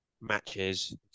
matches